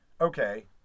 Okay